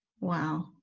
Wow